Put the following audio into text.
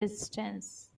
distance